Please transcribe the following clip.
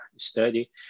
study